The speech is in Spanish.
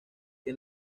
que